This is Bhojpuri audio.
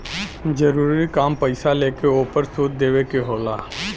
जरूरी काम पईसा लेके ओपर सूद देवे के होला